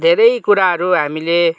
धेरै कुराहरू हामीले